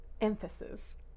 Emphasis